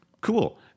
Cool